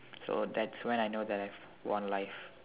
so that's when I know that I've won life